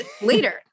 later